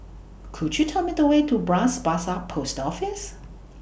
Could YOU Tell Me The Way to Bras Basah Post Office